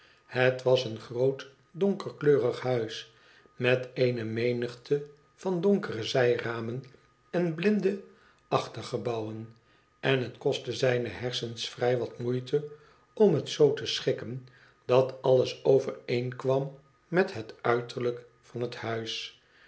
het was een groot donkerkleorig huis met eene menigte van donkere zijramen en blinde achtergebouwen en het kostte zijne hersens vrij wat moeite om het zoo te schikken dat alles overeenkwam met het uiterlijk van het huis